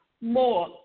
more